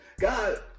God